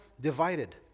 divided